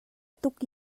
tuk